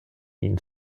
ihnen